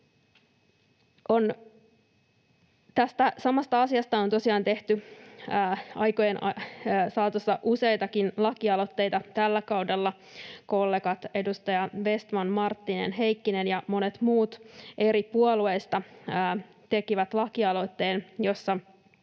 Tästä samasta asiasta on tosiaan tehty aikojen saatossa useitakin lakialoitteita. Tällä kaudella kollegat — edustajat Vestman, Marttinen, Heikkinen ja monet muut eri puolueista — tekivät lakialoitteen, jossa